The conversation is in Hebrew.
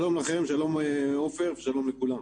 שלום לכם, שלום עפר ושלום לכולם.